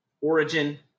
origin